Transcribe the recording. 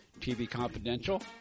tvconfidential